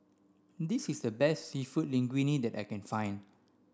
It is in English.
this is the best Seafood Linguine that I can find